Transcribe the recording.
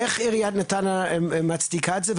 איך עיריית נתניה מצדיקה את זה,